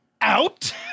out